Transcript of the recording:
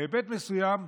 בהיבט מסוים,